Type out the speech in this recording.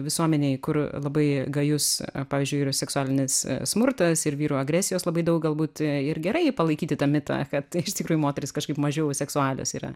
visuomenėj kur labai gajus pavyzdžiui yra seksualinis smurtas ir vyrų agresijos labai daug galbūt ir gerai palaikyti tą mitą kad iš tikrųjų moterys kažkaip mažiau seksualios yra